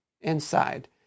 inside